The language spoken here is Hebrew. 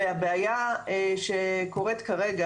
והבעיה שקורית כרגע,